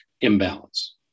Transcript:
imbalance